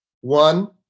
One